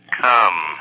Come